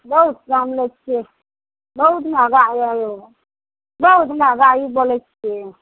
बहुत दाम लै छियै बहुत मँहगा यऽ यौ बहुत मँहगाइ बोलय छियै